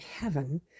heaven